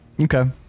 okay